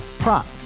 Prop